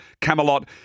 Camelot